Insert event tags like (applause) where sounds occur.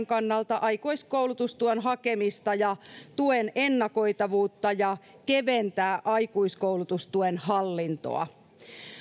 (unintelligible) kannalta aikuiskoulutustuen hakemista ja tuen ennakoitavuutta ja keventää aikuiskoulutustuen hallintoa